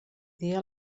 dia